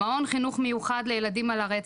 מעון נוסף לחינוך מיוחד לילדים על הרצף,